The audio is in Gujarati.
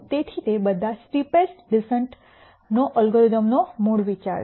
તેથી તે બધા સ્ટીપેસ્ટ ડિસેન્ટ ના એલ્ગોરિધમ્સનો મૂળ વિચાર છે